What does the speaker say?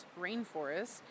rainforest